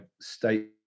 state